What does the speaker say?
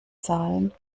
zahlen